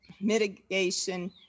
mitigation